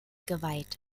geweiht